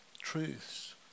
truths